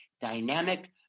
dynamic